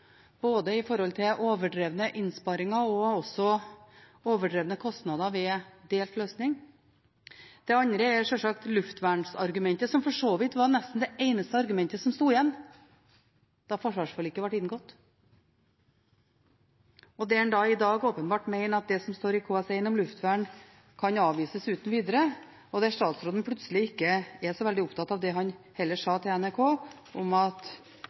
overdrevne innsparinger og også overdrevne kostnader ved delt løsning. Det andre er sjølsagt luftvernsargumentet, som for så vidt nesten var det eneste argumentet som sto igjen da forsvarsforliket ble inngått. I dag mener en åpenbart at det som står i KS1 om luftvern, kan avvises uten videre, og statsråden er plutselig heller ikke så veldig opptatt av det han sa til NRK om at